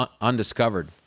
undiscovered